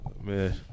Man